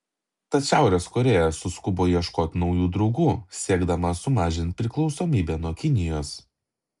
tad šiaurės korėja suskubo ieškoti naujų draugų siekdama sumažinti priklausomybę nuo kinijos